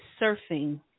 surfing